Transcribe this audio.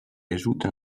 ajoute